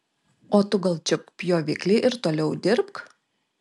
o tu gal čiupk pjoviklį ir toliau dirbk